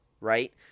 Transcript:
right